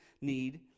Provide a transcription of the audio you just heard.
need